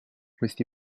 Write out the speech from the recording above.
questi